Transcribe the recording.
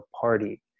party